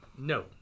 no